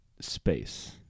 Space